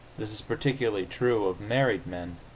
this is particularly true of married men.